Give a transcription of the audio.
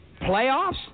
Playoffs